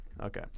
Okay